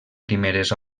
primeres